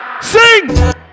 Sing